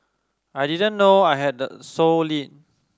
I didn't know I had the sole lead